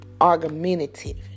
argumentative